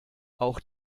auch